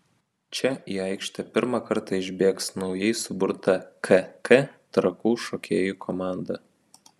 čia į aikštę pirmą kartą išbėgs naujai suburta kk trakų šokėjų komanda